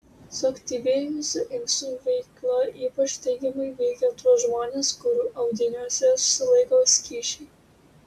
suaktyvėjusi inkstų veikla ypač teigiamai veikia tuos žmones kurių audiniuose susilaiko skysčiai